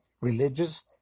religious